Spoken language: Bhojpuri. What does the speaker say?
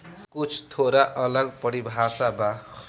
कुछ थोड़ा अलग परिभाषा बा